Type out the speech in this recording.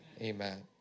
Amen